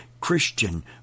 Christian